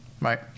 right